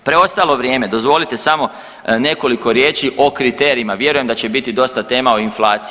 Preostalo vrijeme, dozvolite samo nekoliko riječi o kriterijima, vjerujem da će biti dosta tema o inflaciji.